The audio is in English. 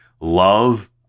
love